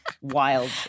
Wild